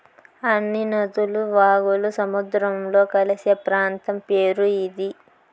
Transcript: అన్ని నదులు వాగులు సముద్రంలో కలిసే ప్రాంతం పేరు ఇది